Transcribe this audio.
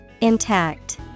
Intact